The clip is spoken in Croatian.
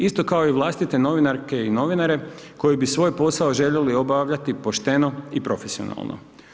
Isto kao i vlastite novinarke i novinare koji bi svoj posao željeli obavljati pošteno i profesionalno.